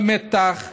במתח ובלחץ.